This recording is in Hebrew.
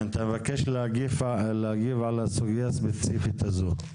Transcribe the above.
כן, אתה מבקש להגיב על הסוגיה הספציפית הזו.